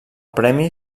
premi